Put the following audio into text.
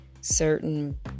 certain